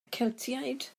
celtiaid